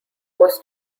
was